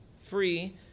free